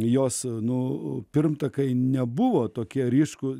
jos nu pirmtakai nebuvo tokie ryškūs